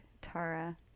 Tara